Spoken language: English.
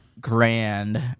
grand